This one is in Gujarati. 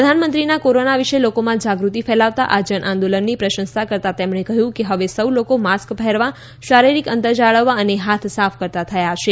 પ્રધાનમંત્રીના કોરોના વિષે લોકોમાં જાગૃતિ ફેલાવતા આ જન આંદોલનની પ્રશંસા કરતા કહ્યું કે ફવે સૌ લોકો માસ્ક પહેરવા શારીરિક અંતર જાળવવા અને હાથ સાફ કરતા થયા છે